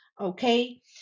okay